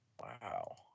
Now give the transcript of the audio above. Wow